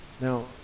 now